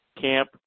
camp